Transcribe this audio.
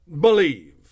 believe